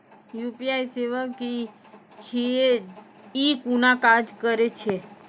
UPI सेवा की छियै? ई कूना काज करै छै?